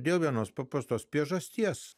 dėl vienos paprastos priežasties